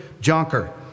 Jonker